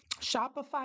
Shopify